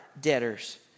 debtors